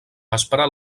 aspra